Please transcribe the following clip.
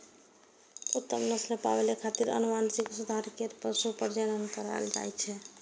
उत्तम नस्ल पाबै खातिर आनुवंशिक सुधार कैर के पशु प्रजनन करायल जाए छै